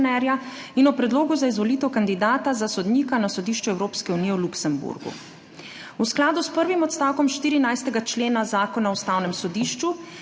in o predlogu za izvolitev kandidata za sodnika na Sodišču Evropske unije v Luksemburgu. V skladu s prvim odstavkom 14. člena Zakona o Ustavnem sodišču,